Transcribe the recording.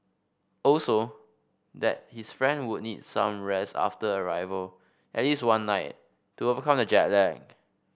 also that his friend would need some rest after arrival at least one night to overcome the jet lag